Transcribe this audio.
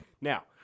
Now